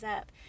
up